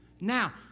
Now